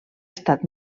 estat